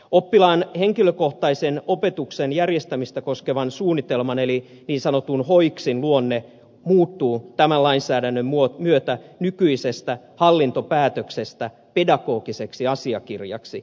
oppilaan henkilökohtaisen opetuksen järjestämistä koskevan suunnitelman eli niin sanotun hojksin luonne muuttuu tämän lainsäädännön myötä nykyisestä hallintopäätöksestä pedagogiseksi asiakirjaksi